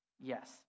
yes